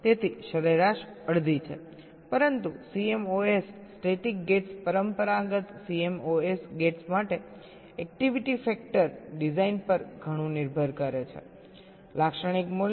તેથી સરેરાશ અડધી છે પરંતુ CMOS સ્ટેટિક ગેટ્સ પરંપરાગત CMOS ગેટ્સ માટે એક્ટિવિટી ફેક્ટર ડિઝાઇન પર ઘણું નિર્ભર છેલાક્ષણિક મૂલ્ય 0